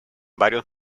varios